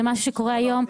זה משהו שקורה היום,